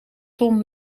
tom